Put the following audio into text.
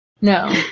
No